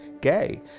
gay